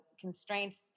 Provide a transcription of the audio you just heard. constraints